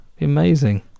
Amazing